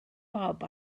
bob